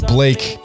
Blake